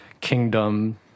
Kingdom